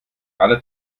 alle